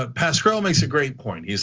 ah pascal makes a great point. he's